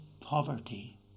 poverty